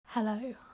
Hello